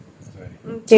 நான் இல்ல:naan illa